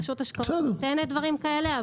רשות ההשקעות נותנת דברים כאלה,